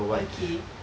okay